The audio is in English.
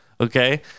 Okay